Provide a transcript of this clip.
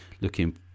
looking